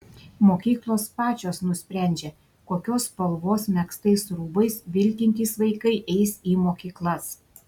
mokyklos pačios nusprendžia kokios spalvos megztais rūbais vilkintys vaikai eis į mokyklas